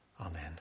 Amen